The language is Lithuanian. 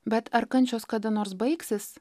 bet ar kančios kada nors baigsis